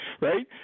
Right